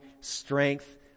strength